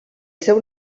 seu